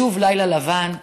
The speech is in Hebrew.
שוב לילה לבן,